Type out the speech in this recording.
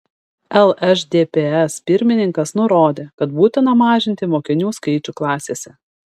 lšdps pirmininkas nurodė kad būtina mažinti mokinių skaičių klasėse